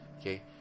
okay